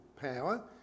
power